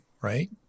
right